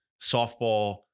softball